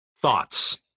thoughts